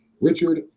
Richard